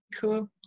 cool